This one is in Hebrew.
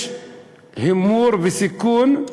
יש הימור וסיכון,